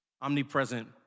omnipresent